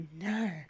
no